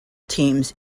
teams